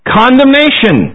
condemnation